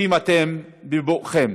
ברוכים אתם בבואכם.